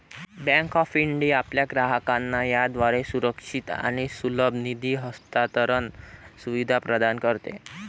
bank of India आपल्या ग्राहकांना याद्वारे सुरक्षित आणि सुलभ निधी हस्तांतरण सुविधा प्रदान करते